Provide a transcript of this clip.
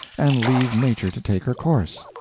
and leave nature to take her course.